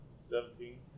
Seventeen